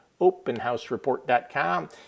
openhousereport.com